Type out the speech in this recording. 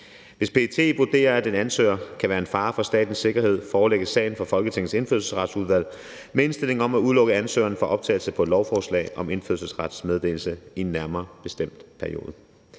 Hvis PET vurderer, at en ansøger kan være en fare for statens sikkerhed, forelægges sagen for Folketingets Indfødsretsudvalg med indstilling om at udelukke ansøgeren fra optagelse på et lovforslag om indfødsretsmeddelelse i en nærmere bestemt periode.